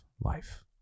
life